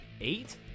eight